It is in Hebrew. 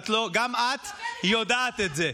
וגם את יודעת את זה.